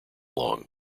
long